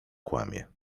kłamie